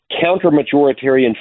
counter-majoritarian